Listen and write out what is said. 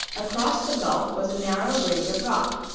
across the gulf was a narrow bridge of rock,